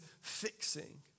fixing